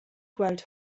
gweld